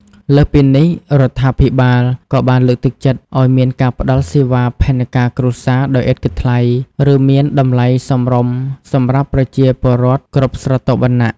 លើសពីនេះ រដ្ឋាភិបាលក៏បានលើកទឹកចិត្តឲ្យមានការផ្តល់សេវាផែនការគ្រួសារដោយឥតគិតថ្លៃ ឬមានតម្លៃសមរម្យសម្រាប់ប្រជាពលរដ្ឋគ្រប់ស្រទាប់វណ្ណៈ។